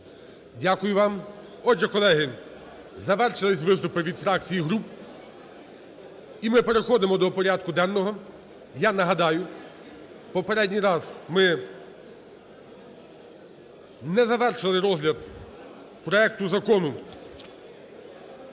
Дякую вам. Отже, колеги, завершились виступи від фракцій і груп, і ми переходимо до порядку денного. Я нагадаю, попередній раз ми не завершили розгляд проекту Закону